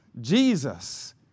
Jesus